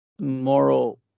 moral